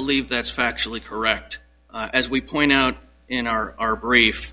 believe that's factually correct as we point out in our brief